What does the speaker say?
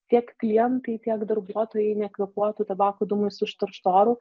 tiek klientai tiek darbuotojai nekvėpuotų tabako dūmais užterštu oru